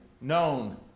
known